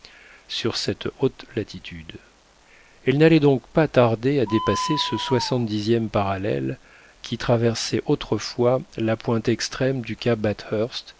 sur cette haute latitude elle n'allait donc pas tarder à dépasser ce soixante dixième parallèle qui traversait autrefois la pointe extrême du cap